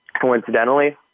coincidentally